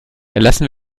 erlassen